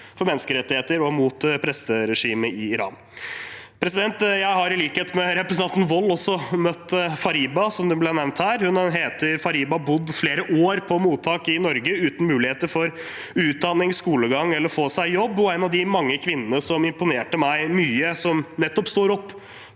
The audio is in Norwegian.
for menneskerettigheter og mot presteregimet i Iran. Jeg har i likhet med representanten Grete Wold også møtt Fariba, som ble nevnt her. Fariba har bodd flere år på mottak i Norge uten mulighet for utdanning, skolegang eller å få seg jobb. Hun er en av de mange kvinnene som imponerte meg stort, og som nettopp står opp